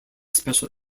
special